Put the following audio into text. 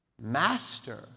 Master